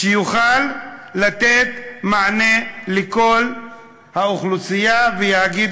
שיוכל לתת מענה לכל האוכלוסייה ולהגיד